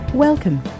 Welcome